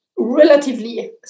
Relatively